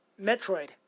Metroid